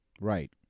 Right